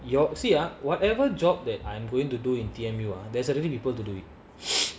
you all see ah whatever job that I'm going to do in T_M_U ah there's already people to do it